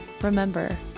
Remember